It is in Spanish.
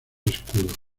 escudos